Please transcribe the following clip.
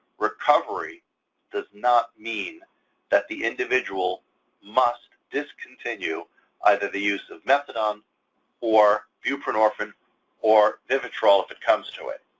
recovery does not mean that the individual must discontinue either the use of methadone or buprenorphine or vivitrol, if it comes to it.